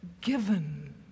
given